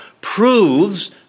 proves